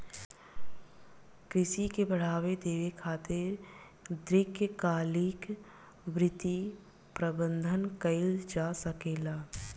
कृषि के बढ़ावा देबे खातिर दीर्घकालिक वित्त प्रबंधन कइल जा सकेला